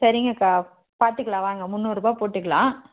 சரிங்கக்கா பார்த்துக்கலாம் வாங்க முன்னூறுரூபா போட்டுக்கலாம்